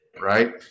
Right